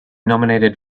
nominated